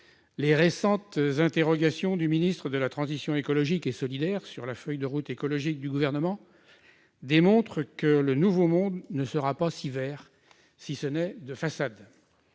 Les récentes interrogations du ministre de la transition écologique et solidaire sur la feuille de route écologique du Gouvernement démontrent que le « nouveau monde » ne sera pas si vert, si ce n'est de façade.